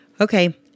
Okay